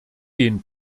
den